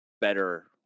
better